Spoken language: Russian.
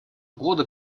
года